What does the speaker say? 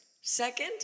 Second